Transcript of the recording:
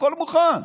הכול מוכן.